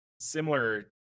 similar